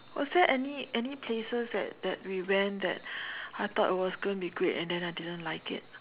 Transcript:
was there any any places that that we went that I thought it was going to be great and then I didn't like it